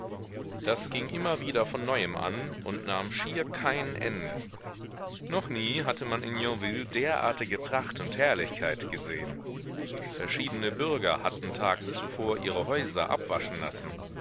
das ging immer wieder von neuem an und nahm schier kein ende noch nie hatte man in yonville derartige pracht und herrlichkeit gesehen verschiedene bürger hatten tags zuvor ihre häuser abwaschen lassen